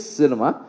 cinema